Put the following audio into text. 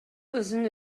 өзүн